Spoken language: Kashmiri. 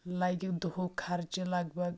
لَگہِ دُہُک خرچہِ لگ بگ